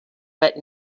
but